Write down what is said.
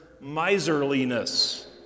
miserliness